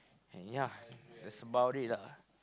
and yeah that's about it lah